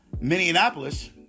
Minneapolis